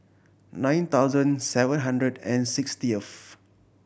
nine thousand seven hundred and sixtieth